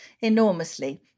enormously